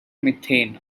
methane